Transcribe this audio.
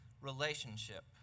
relationship